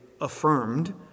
affirmed